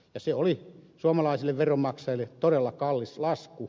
se oli suomalaisille veronmaksajille todella kallis lasku